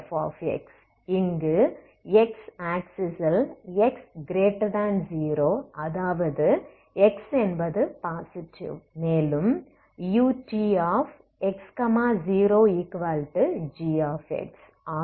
ux0f இங்கு x ஆக்ஸிசில் x0 அதாவது x என்பது பாசிட்டிவ் மேலும் utx0g